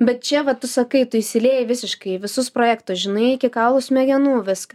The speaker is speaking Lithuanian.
bet čia vat tu sakai tu įsilieji visiškai į visus projektus žinai iki kaulų smegenų viską